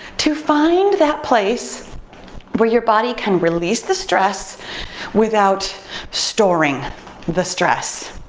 to find that place where your body can release the stress without storing the stress.